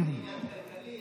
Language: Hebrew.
עניין כלכלי,